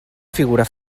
figura